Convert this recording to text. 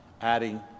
adding